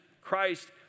Christ